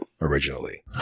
originally